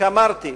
כפי שאמרתי,